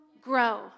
grow